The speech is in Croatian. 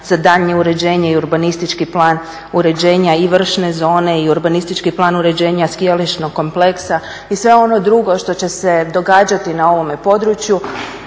za daljnje uređenje i urbanistički plan uređenja i vršne zone i urbanistički plan uređenja skijališnog kompleksa i sve ono drugo što će se događati na ovome području